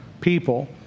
people